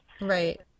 Right